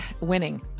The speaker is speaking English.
winning